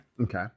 Okay